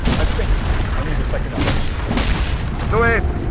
i think i need a second opinion louise,